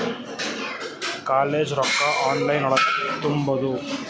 College ರೊಕ್ಕ online ಒಳಗ ತುಂಬುದು?